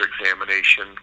Examination